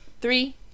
Three